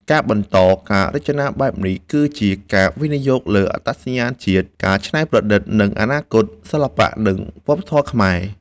ការបន្តការរចនាបែបនេះ គឺជាការវិនិយោគលើអត្តសញ្ញាណជាតិ ការច្នៃប្រឌិត និងអនាគតសិល្បៈ និងវប្បធម៌ខ្មែរ។